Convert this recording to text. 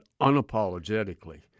unapologetically